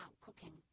cooking